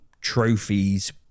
trophies